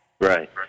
Right